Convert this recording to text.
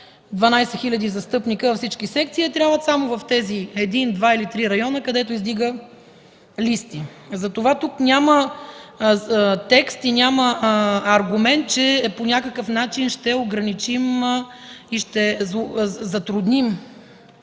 12 хиляди застъпници във всички секции, а трябват само в тези един, два или три района, където издигат листи. Затова тук няма текст и няма аргумент, че по някакъв начин ще ограничим и ще затрудним